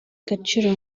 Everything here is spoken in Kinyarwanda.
gaciro